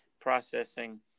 processing